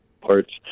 parts